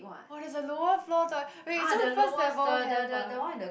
oh there's a lower floor toi~ wait so first level have ah